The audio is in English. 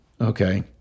Okay